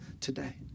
today